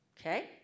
okay